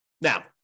Now